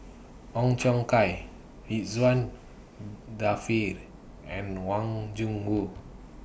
Ong Siong Kai Ridzwan Dzafir and Wang Gungwu